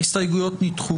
הצבעה ההסתייגויות לא התקבלו.